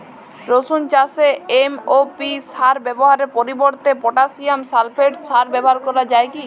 রসুন চাষে এম.ও.পি সার ব্যবহারের পরিবর্তে পটাসিয়াম সালফেট সার ব্যাবহার করা যায় কি?